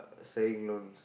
selling loans